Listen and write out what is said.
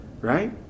right